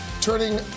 turning